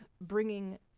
bringing